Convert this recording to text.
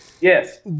Yes